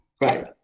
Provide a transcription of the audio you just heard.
Right